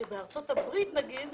שבארצות הברית למשל,